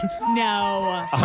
No